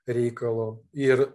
reikalo ir